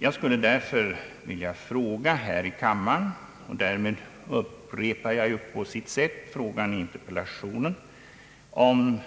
Jag skulle därför vilja fråga här i kammaren — och därmed upprepar jag ju på sitt sätt frågan i interpellationen — om